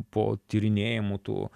po tyrinėjimų tų